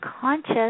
conscious